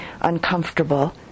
uncomfortable